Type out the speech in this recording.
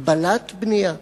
הגבלת בנייה.